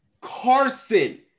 Carson